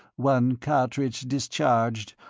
one cartridge discharged,